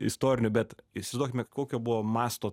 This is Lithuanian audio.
istoriniu bet įsivaizduokime kokio buvo masto